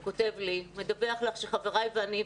הוא כותב לי: "מדווח לך שחבריי ואני,